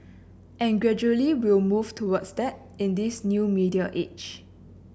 and gradually we'll move towards that in this new media age